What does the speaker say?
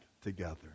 together